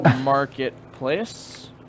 Marketplace